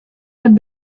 had